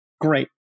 Great